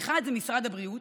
האחד, משרד הבריאות,